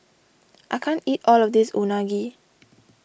I can't eat all of this Unagi